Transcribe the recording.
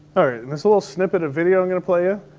alright, in this little snippet of video i'm gonna play ah